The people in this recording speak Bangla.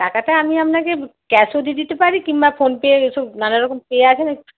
টাকাটা আমি আপনাকে ক্যাশও দিতে পারি কিংবা ফোনপের এসব নানারকম পে আছে না